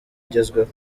igezweho